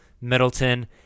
Middleton –